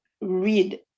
read